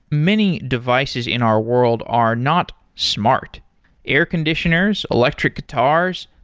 many devices in our world are not smart air conditioners, electric guitars,